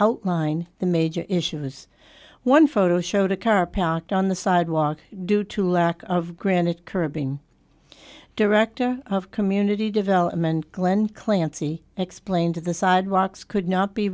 outline the major issues one photo showed a car parked on the sidewalk due to lack of granite curbing director of community development glen clancy explained to the sidewalks could not be